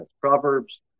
Proverbs